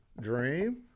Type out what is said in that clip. Dream